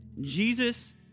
Jesus